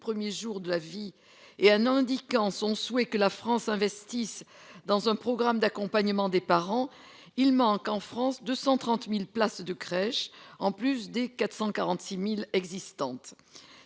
premiers jours de la vie et en formulant le souhait que la France investisse dans un programme d'accompagnement des parents, il manque en France 230 000 places de crèche, en plus des 446 000 existantes.